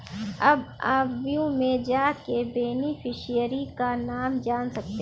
अब आप व्यू में जाके बेनिफिशियरी का नाम जान सकते है